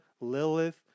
Lilith